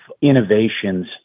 innovations